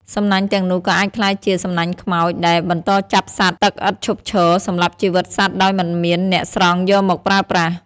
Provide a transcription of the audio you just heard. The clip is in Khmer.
សំណាញ់ទាំងនោះក៏អាចក្លាយជា "សំណាញ់ខ្មោច" ដែលបន្តចាប់សត្វទឹកឥតឈប់ឈរ សម្លាប់ជីវិតសត្វដោយមិនមានអ្នកស្រង់យកមកប្រើប្រាស់។